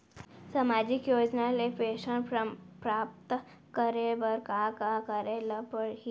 सामाजिक योजना ले पेंशन प्राप्त करे बर का का करे ल पड़ही?